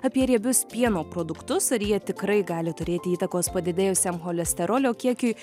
apie riebius pieno produktus ar jie tikrai gali turėti įtakos padidėjusiam cholesterolio kiekiui